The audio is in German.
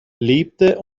lebte